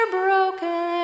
broken